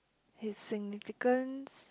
it's significance